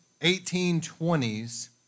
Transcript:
1820s